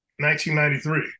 1993